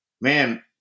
man